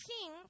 king